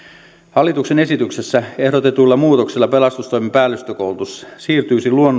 hallituksen esityksessä ehdotetuilla muutoksilla pelastustoimen päällystökoulutus siirtyisi